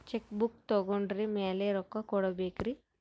Check book ತೊಗೊಂಡ್ರ ಮ್ಯಾಲೆ ರೊಕ್ಕ ಕೊಡಬೇಕರಿ?